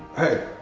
hey,